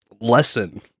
lesson